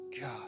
God